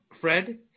Fred